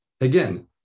again